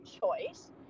choice